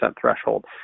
threshold